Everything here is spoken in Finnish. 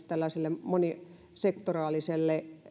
tällaisen monisektoraalisen